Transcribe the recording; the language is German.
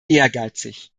ehrgeizig